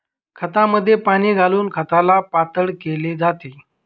खतामध्ये पाणी घालून खताला पातळ केले जाते